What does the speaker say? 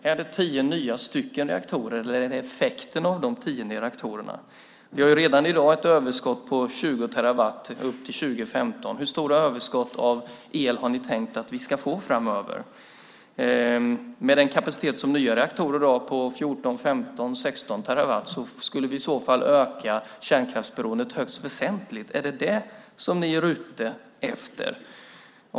Är det tio nya reaktorer, eller är det effekten av tio nya reaktorer? Vi har redan i dag ett överskott på 20 terawattimmar till 2015. Hur stora överskott av el har ni tänkt att vi ska få framöver? Med den kapacitet som nya reaktorer har på 14, 15 eller 16 terawattimmar skulle vi i så fall öka kärnkraftsberoendet högst väsentligt. Är det detta som ni är ute efter?